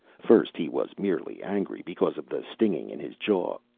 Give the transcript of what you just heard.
first he was merely angry because of the stinging in his jaw.